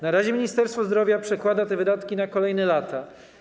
Na razie Ministerstwo Zdrowia przekłada te wydatki na kolejne lata.